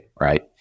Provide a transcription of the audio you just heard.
right